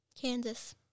Kansas